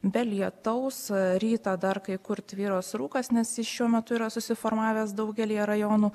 be lietaus rytą dar kai kur tvyros rūkas nes jis šiuo metu yra susiformavęs daugelyje rajonų